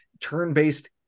turn-based